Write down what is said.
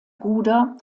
bruder